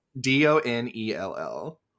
D-O-N-E-L-L